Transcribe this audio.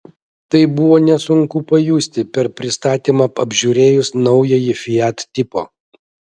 tai buvo nesunku pajusti per pristatymą apžiūrėjus naująjį fiat tipo